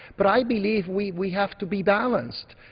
but i believe we we have to be balanced.